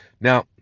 Now